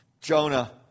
Jonah